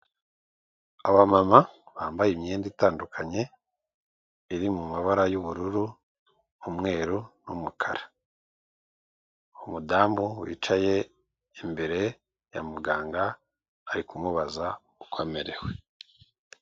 Abamama bambaye imyenda itandukanye, iri mumabara y'ubururu, umweru, n'umukara umudamu wicaye imbere ya muganga ari kumubaza uko amererewe.